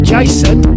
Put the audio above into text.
Jason